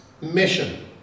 mission